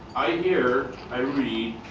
i hear, i read,